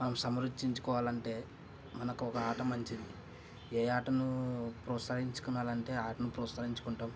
మనం సమృద్ధించుకోవాలంటే మనకు ఒక ఆట మంచిది ఏ ఆట నువ్వు ప్రోస్తహించుకోవాలంటే ఆటని ప్రోస్తహించుకుంటావు